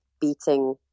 beating